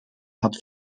had